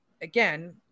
again